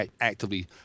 actively